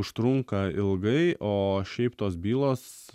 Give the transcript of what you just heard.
užtrunka ilgai o šiaip tos bylos